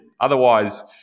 Otherwise